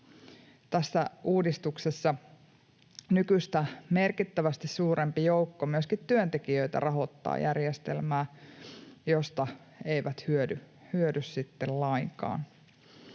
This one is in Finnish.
tässä uudistuksessa nykyistä merkittävästi suurempi joukko myöskin työntekijöitä rahoittaa järjestelmää, josta he eivät hyödy sitten